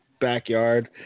backyard